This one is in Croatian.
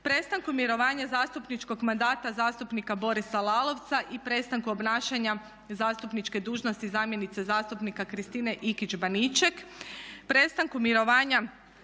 Prestanku mirovanja zastupničkog mandata zastupnika Borisa Lalovca i prestanku obnašanja zastupničke dužnosti zamjenice zastupnika Kristine Ikić-Baniček. Prestanku mirovanja